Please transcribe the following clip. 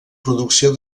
producció